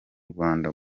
rwanda